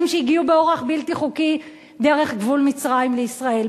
שהגיעו באורח בלתי חוקי דרך גבול מצרים לישראל.